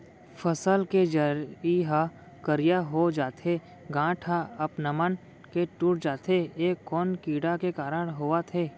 फसल के जरी ह करिया हो जाथे, गांठ ह अपनमन के टूट जाथे ए कोन कीड़ा के कारण होवत हे?